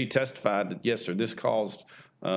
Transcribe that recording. he testified that yes or this caused